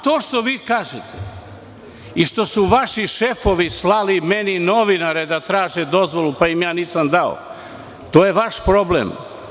To što vi kažete i što su vaši šefovi slali meni novinare da traže dozvolu, pa im ja nisam dao, to je vaš problem.